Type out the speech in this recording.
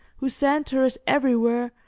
whose centre is everywhere,